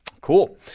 Cool